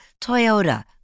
Toyota